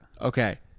Okay